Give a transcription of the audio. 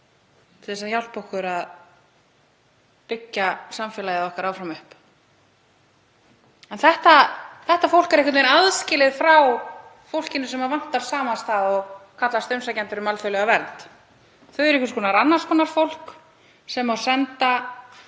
til að hjálpa okkur að byggja samfélag okkar áfram upp. Þetta fólk er einhvern veginn aðskilið frá fólkinu sem vantar samastað og kallast umsækjendur um alþjóðlega vernd. Það er annars konar fólk sem má